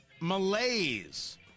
malaise